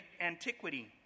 antiquity